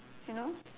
you know